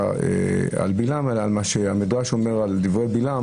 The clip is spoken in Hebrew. מה שהמדרש אומר על דברי בלעם